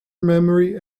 memory